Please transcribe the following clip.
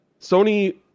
Sony